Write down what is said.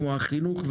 כמו החינוך,